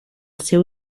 seu